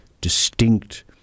distinct